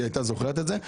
היא הייתה זוכרת את זה.